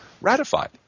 ratified